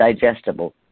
digestible